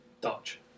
Dutch